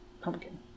pumpkin